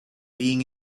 being